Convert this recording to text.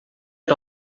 you